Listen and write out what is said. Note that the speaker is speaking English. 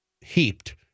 Heaped